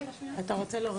אתה רוצה?